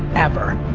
ever,